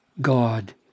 God